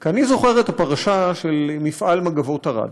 כי אני זוכר את הפרשה של מפעל מגבות ערד,